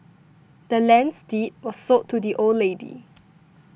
the land's deed was sold to the old lady